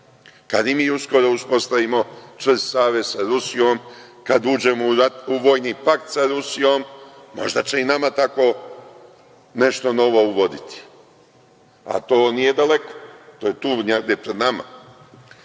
i mi uskoro uspostavimo čvrst savez sa Rusijom, kada uđemo u vojni pakt sa Rusijom, možda će i nama tako nešto novo ugoditi, a to nije daleko, to je tu negde pred nama.